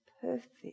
perfect